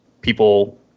People